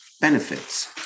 benefits